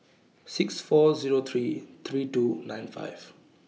six four Zero three three two nine five